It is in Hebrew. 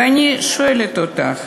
ואני שואלת אתך,